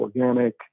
organic